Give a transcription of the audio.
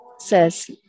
Says